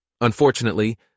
Unfortunately